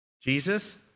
Jesus